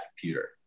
computer